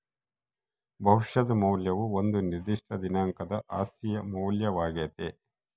ಭವಿಷ್ಯದ ಮೌಲ್ಯವು ಒಂದು ನಿರ್ದಿಷ್ಟ ದಿನಾಂಕದ ಆಸ್ತಿಯ ಮೌಲ್ಯವಾಗ್ಯತೆ